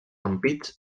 ampits